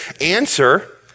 answer